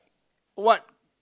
what